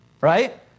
right